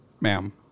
Ma'am